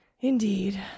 indeed